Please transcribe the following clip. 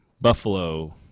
Buffalo